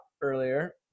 earlier